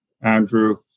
Andrew